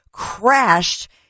crashed